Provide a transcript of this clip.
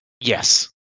Yes